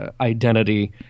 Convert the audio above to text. identity